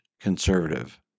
conservative